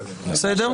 בסדר?